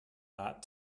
art